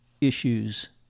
issues